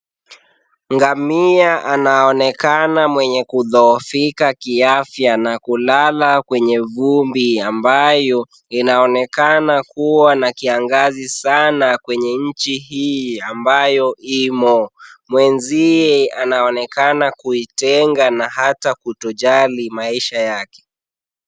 Ngamia anaonekana mwenye kudhoofika kiafya na kulala kwenye vumbi ambayo inaonekana kuwa na kiangazi sana kwenye nchi hii ambayo imo. Mwenziye anaonekana kuitenga na hata kutojali maisha yake.